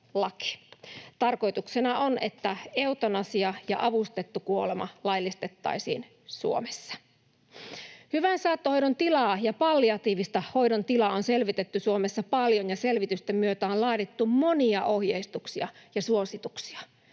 Tarkoituksena on, että eutanasia ja avustettu kuolema laillistettaisiin Suomessa. Hyvän saattohoidon tilaa ja palliatiivisen hoidon tilaa on selvitetty Suomessa paljon, ja selvitysten myötä on laadittu monia ohjeistuksia ja suosituksia.